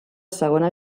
segona